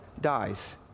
dies